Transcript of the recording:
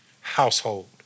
household